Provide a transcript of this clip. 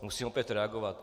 Musím opět reagovat.